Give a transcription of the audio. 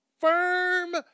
firm